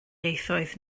ieithoedd